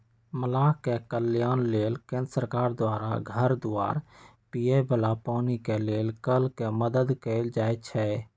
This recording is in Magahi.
मलाह के कल्याण लेल केंद्र सरकार द्वारा घर दुआर, पिए बला पानी के लेल कल के मदद कएल जाइ छइ